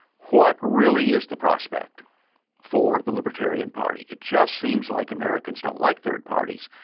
what really is the prospect for the libertarian party? it just seems like americans don't like third parties,